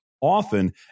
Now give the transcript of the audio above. often